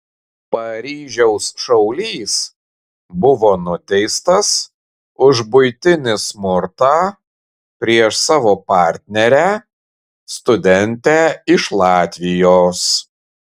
paryžiaus šaulys buvo nuteistas už buitinį smurtą prieš savo partnerę studentę iš latvijos